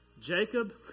Jacob